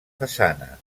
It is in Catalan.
façana